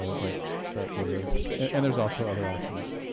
ah that that we're and there's also other options.